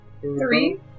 Three